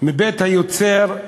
מבית היוצר,